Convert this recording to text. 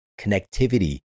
connectivity